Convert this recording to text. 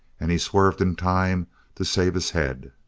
and he swerved in time to save his head.